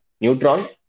Neutron